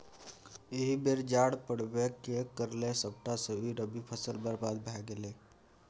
एहि बेर जाड़ पड़बै नै करलै सभटा रबी फसल बरबाद भए गेलै